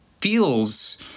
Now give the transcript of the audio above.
feels